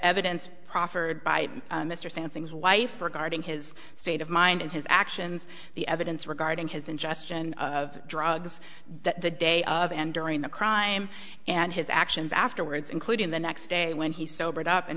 evidence proffered by mr sampson his wife regarding his state of mind and his actions the evidence regarding his ingestion of drugs that the day of and during the crime and his actions afterwards including the next day when he sobered up and